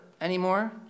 anymore